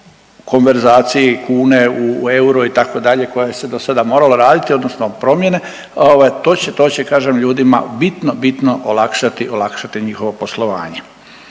o konverzaciji kune u euro, itd., koja se do sada morala raditi odnosno promjene, ovaj, to će, to će, kažem, ljudima bitno, bitno olakšati, olakšati njihovo poslovanje.